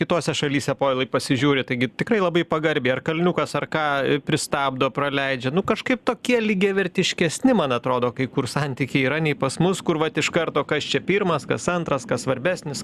kitose šalyse povilai pasižiūri taigi tikrai labai pagarbiai ar kalniukas ar ką pristabdo praleidžia nu kažkaip tokie lygiavertiškesni man atrodo kai kur santykiai yra nei pas mus kur vat iš karto kas čia pirmas kas antras kas svarbesnis